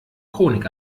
chronik